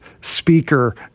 speaker